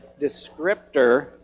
descriptor